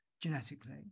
genetically